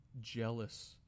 jealous